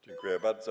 Dziękuję bardzo.